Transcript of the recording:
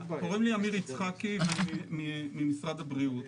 אני עמיר יצחקי ממשרד הבריאות.